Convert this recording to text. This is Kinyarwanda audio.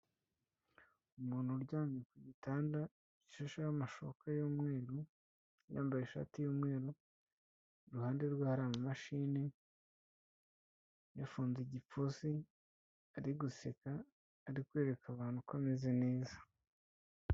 Umuntu uryamye ku gitanda gishasheho amashuka y'umweru, yambaye ishati y'umweru, iruhande rwe hari amamashini, yafunze igipfunsi ari guseka, ari kwereka abantu ko ameze neza.